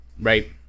Right